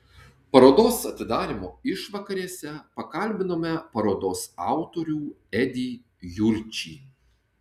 parodos atidarymo išvakarėse pakalbinome parodos autorių edį jurčį